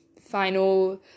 final